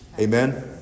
Amen